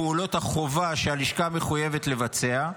פעולות החובה שהלשכה מחויבת לבצע,